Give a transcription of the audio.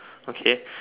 okay